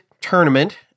tournament